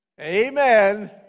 Amen